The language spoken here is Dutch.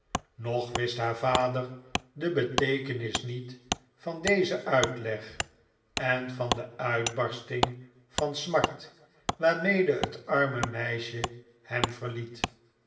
nog wist haar vader de beteekenis niet van dezen uitleg en van de uitbarsting van smart waarmede het arme meisje hem verliet